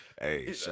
Hey